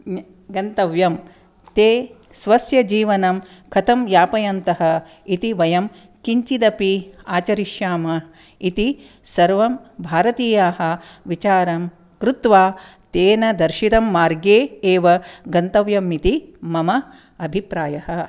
गन्तव्यं ते स्वस्यजीवनं कथं यापयन्तः इति वयं किञ्चिदपि आचरिष्यामः इति सर्वं भारतीयाः विचारं कृत्वा तेन दर्शितं मार्गे एव गन्तव्यम् इति मम अभिप्रायः